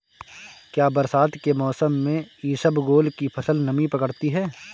क्या बरसात के मौसम में इसबगोल की फसल नमी पकड़ती है?